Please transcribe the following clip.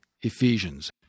Ephesians